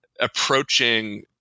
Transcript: approaching